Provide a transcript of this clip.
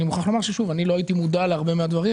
לא הייתי מודע לרבים מן הדברים,